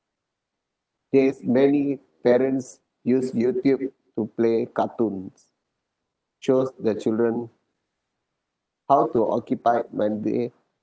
days many parents use youtube to play cartoons shows the children how to occupied when they